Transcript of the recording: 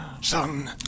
son